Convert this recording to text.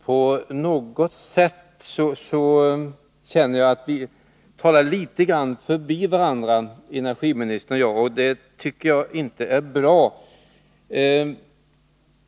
Fru talman! Jag känner att energiministern och jag på något sätt talar förbi varandra, och det tycker jag inte är bra.